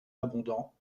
abondants